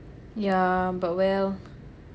yeah but well